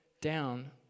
down